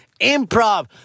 Improv